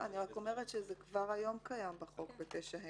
אני רק אומרת שכבר היום זה קיים בחוק, ב-9ה.